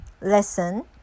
lesson